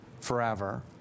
forever